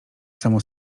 samo